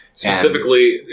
Specifically